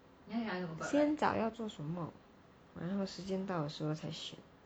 先找要做什么然后时间到的时候才选